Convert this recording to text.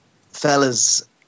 fellas